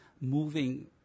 moving